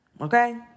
Okay